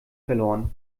verloren